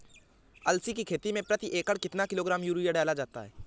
अलसी की खेती में प्रति एकड़ कितना किलोग्राम यूरिया डाला जाता है?